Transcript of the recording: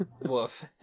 Woof